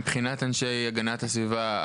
מבחינת אנשי הגנת הסביבה.